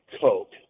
Coke